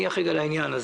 איך לוקחים את זה?